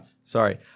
Sorry